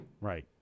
Right